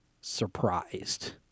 surprised